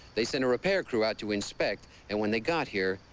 they sent a repair crew out to inspect and when they got here,